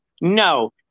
No